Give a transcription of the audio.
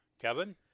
Kevin